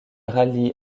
rallie